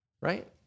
right